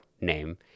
name